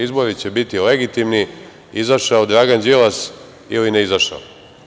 Izbori će biti legitimni izašao Dragan Đilas ili ne izašao.